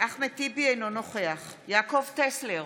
אחמד טיבי, אינו נוכח יעקב טסלר,